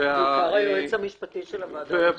-- בעיקר היועץ המשפטי של הוועדה, עו"ד עצמון.